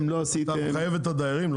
ואתה מחייב את הדיירים?